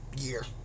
year